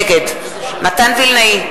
נגד מתן וילנאי,